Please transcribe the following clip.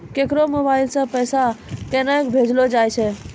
केकरो मोबाइल सऽ पैसा केनक भेजलो जाय छै?